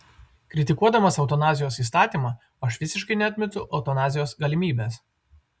kritikuodamas eutanazijos įstatymą aš visiškai neatmetu eutanazijos galimybės